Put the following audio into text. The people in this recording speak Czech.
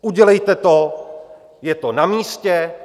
Udělejte to, je to namístě.